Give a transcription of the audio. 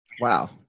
Wow